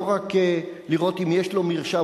לא רק לראות אם יש לו מרשם,